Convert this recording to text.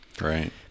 Right